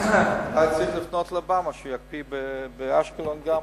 צריך לפנות לאובמה שיקפיא גם באשקלון.